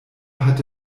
hat